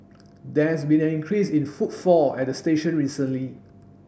there has been an increase in footfall at the station recently